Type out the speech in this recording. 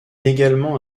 également